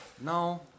No